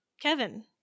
Kevin